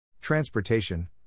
Transportation